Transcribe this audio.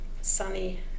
sunny